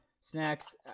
Snacks